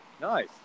Nice